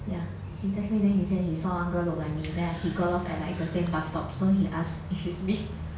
ya he text me then he said he saw 那个 loubaimee then he got off at like the same bus stop so he asked if it's me